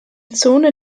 zone